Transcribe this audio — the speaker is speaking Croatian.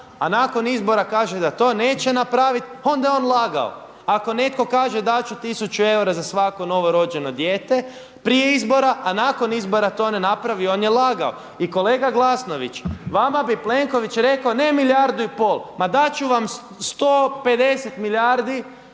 a nakon izbora kaže da to neće napraviti onda je on lagao. Ako netko kaže dati ću 1000 eura za svako novorođeno dijete prije izbora a nakon izbora to ne napravi on je lagao. I kolega Glasnović, vama bi Plenković rekao ne milijardu i pol, ma dati ću vam 150 milijardi